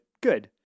good